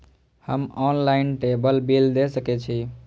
हम ऑनलाईनटेबल बील दे सके छी?